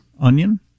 Onion